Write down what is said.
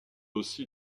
aussi